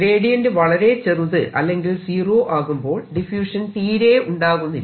gradient വളരെ ചെറുത് അല്ലെങ്കിൽ സീറോ ആകുമ്പോൾ ഡിഫ്യൂഷൻ തീരെ ഉണ്ടാകുന്നില്ല